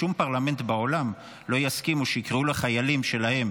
בשום פרלמנט בעולם לא יסכימו שיקראו לחיילים שלהם,